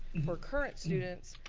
for current students,